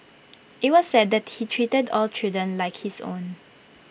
IT was said that he treated all children like his own